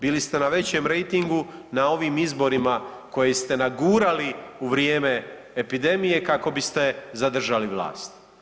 Bili ste na većem rejtingu na ovim izborima koje ste nagurali u vrijeme epidemije kako biste zadržali vlast.